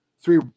Three